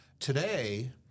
Today